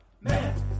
man